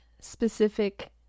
specific